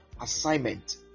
assignment